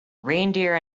reindeer